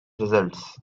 results